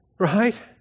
right